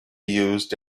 used